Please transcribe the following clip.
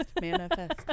manifest